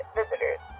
visitors